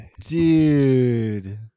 dude